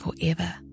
forever